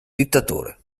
dittatore